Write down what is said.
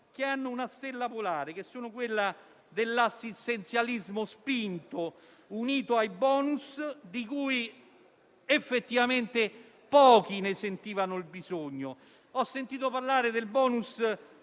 che hanno una stella polare, quella dell'assistenzialismo spinto unito ai *bonus,* di cui effettivamente pochi sentivano il bisogno. Ho sentito parlare del *bonus*